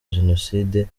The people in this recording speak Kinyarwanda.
jenoside